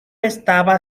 estaba